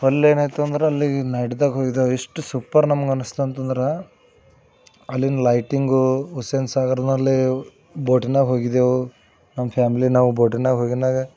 ಅಲ್ಲೇನಾಯ್ತಂದ್ರೆ ಅಲ್ಲಿ ನೈಟ್ದಾಗ ಹೋಗಿದ್ದೆವು ಎಷ್ಟು ಸೂಪರ್ ನಮಗೆ ಅನ್ನಿಸ್ತು ಅಂತಂದ್ರೆ ಅಲ್ಲಿನ ಲೈಟಿಂಗು ಹುಸೇನ್ ಸಾಗರ್ನಲ್ಲಿ ಬೋಟಿನಾಗ ಹೋಗಿದ್ದೆವು ನಮ್ಮ ಫ್ಯಾಮ್ಲಿ ನಾವು ಬೋಟಿನಾಗ ಹೋಗಿನಾಗ